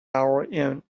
our